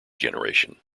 generation